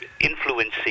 influencing